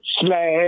slash